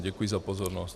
Děkuji za pozornost.